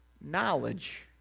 knowledge